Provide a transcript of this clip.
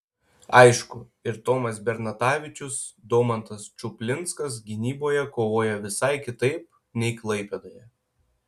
aišku ir tomas bernatavičius domantas čuplinskas gynyboje kovojo visai kitaip nei klaipėdoje